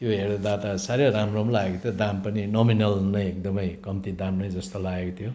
त्यो हेर्दा त साह्रै राम्रो पनि लागेको थियो दाम पनि नोमिनल नै एकदमै कम्ती दाम नै जस्तो लागेको थियो